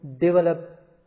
develop